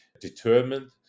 determined